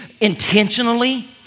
intentionally